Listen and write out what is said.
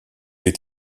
est